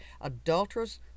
adulterers